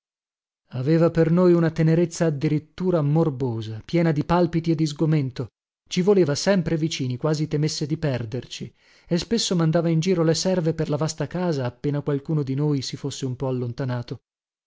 aveva per noi una tenerezza addirittura morbosa piena di palpiti e di sgomento ci voleva sempre vicini quasi temesse di perderci e spesso mandava in giro le serve per la vasta casa appena qualcuno di noi si fosse un po allontanato